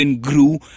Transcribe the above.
Grew